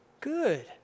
good